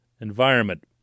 environment